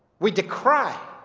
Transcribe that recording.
we decry